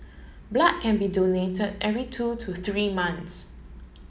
blood can be donated every two to three months